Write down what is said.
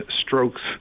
strokes